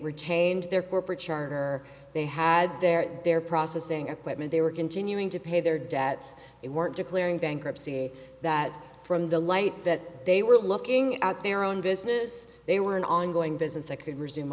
retained their corporate charter or they had their their processing equipment they were continuing to pay their debts it weren't declaring bankruptcy that from the light that they were looking at their own business they were an ongoing business that could resume